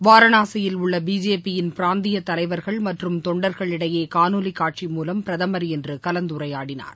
வாரணாசியில் உள்ள பிஜேபியின் பிராந்திய தலைவர்கள் மற்றும் தொண்டரகளிடையே காணொலி காட்சி மூலம் பிரதமர் இன்று கலந்துரையாடினார்